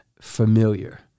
familiar